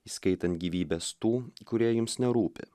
įskaitant gyvybes tų kurie jums nerūpi